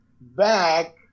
back